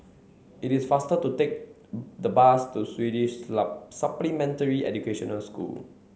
it is faster to take the bus to Swedish Supplementary Educational School